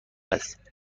است